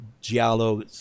giallo